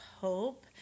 hope